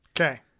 Okay